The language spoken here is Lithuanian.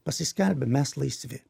pasiskelbė mes laisvi